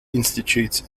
institutes